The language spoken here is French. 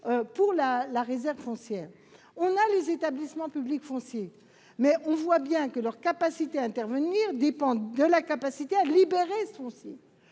à la réserve foncière. Certes, les établissements publics fonciers existent, mais on voit bien que leur capacité à intervenir dépend de la capacité à libérer du foncier.